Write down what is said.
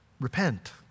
Repent